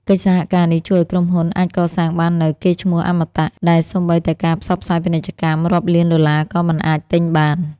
កិច្ចសហការនេះជួយឱ្យក្រុមហ៊ុនអាចកសាងបាននូវ "កេរ្តិ៍ឈ្មោះអមតៈ" ដែលសូម្បីតែការផ្សព្វផ្សាយពាណិជ្ជកម្មរាប់លានដុល្លារក៏មិនអាចទិញបាន។